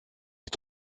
est